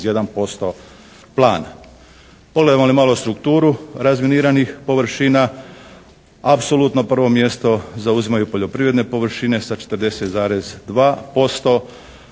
99,1% plana. Pogledamo li malo strukturu razminiranih površina apsolutno prvo mjesto zauzimaju poljoprivredne površine sa 40,2%.